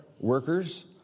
workers